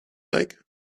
like